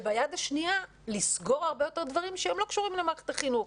וביד השנייה לסגור הרבה יותר דברים שהם לא קשורים למערכת החינוך,